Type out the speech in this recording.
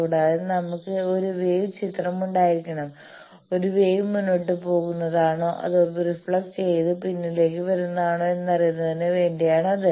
കൂടാതെ നമുക്ക് ഒരു വേവ് ചിത്രം ഉണ്ടായിരിക്കണം ഒരു വേവ് മുന്നോട്ട് പോകുന്നതാണോ അതോ റിഫ്ലക്ട് ചെയ്ത് പിന്നിലേക്ക് വരുന്നതാണോ എന്നറിയുന്നതിനു വേണ്ടിയാണ് അത്